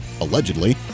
allegedly